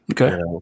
Okay